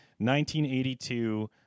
1982